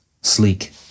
sleek